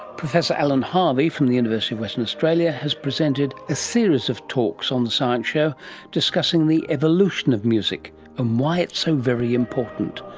professor alan harvey from the university of western australia has presented a series of talks on the science show discussing the evolution of music and why it's so very important,